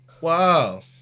Wow